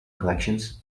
collections